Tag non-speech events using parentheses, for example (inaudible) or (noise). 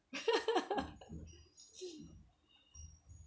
(laughs)